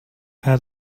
had